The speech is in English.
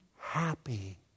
happy